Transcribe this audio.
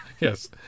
yes